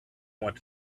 want